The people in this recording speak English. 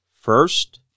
first